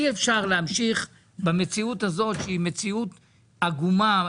אי אפשר להמשיך במציאות הזאת שהיא מציאות עגומה,